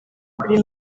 kuri